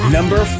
Number